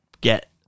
get